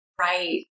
right